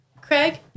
Craig